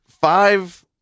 five